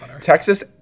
Texas